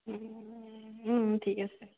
ঠিক আছে